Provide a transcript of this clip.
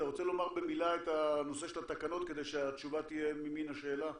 אתה רוצה לומר במילה את הנושא של התקנות כדי שהתשובה תהיה ממין השאלה.